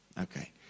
Okay